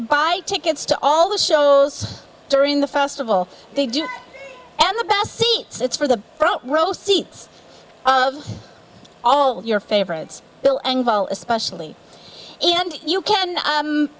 buy tickets to all the shows during the festival they do and the best seats it's for the front row seats of all your favorites bill engvall especially and you can